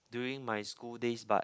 during my school days but